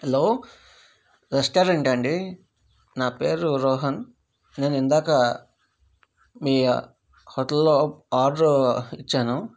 hello రెస్టారెంటా అండీ నా పేరు రోహన్ నేను ఇందాక మీ హోటల్లో ఆర్డర్ ఇచ్చాను